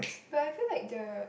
but I feel like the